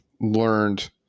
learned